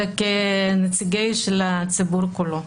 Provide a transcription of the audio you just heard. אלא כנציגי הציבור כולו.